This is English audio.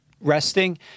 resting